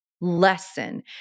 lesson